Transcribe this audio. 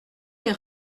les